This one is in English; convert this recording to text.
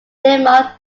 denmark